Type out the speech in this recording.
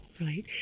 right